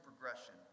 progression